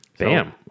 Bam